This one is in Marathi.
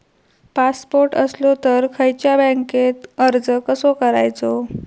पासपोर्ट असलो तर खयच्या बँकेत अर्ज कसो करायचो?